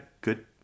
good